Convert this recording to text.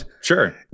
Sure